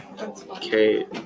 okay